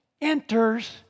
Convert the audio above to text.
enters